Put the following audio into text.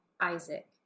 Isaac